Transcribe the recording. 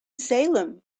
salem